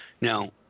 Now